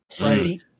Right